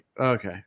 Okay